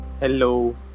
Hello